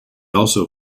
also